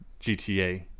gta